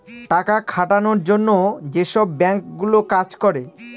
টাকা খাটানোর জন্য যেসব বাঙ্ক গুলো কাজ করে